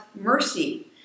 mercy